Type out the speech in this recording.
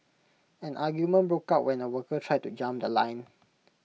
an argument broke out when A worker tried to jump The Line